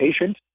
patient